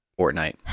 Fortnite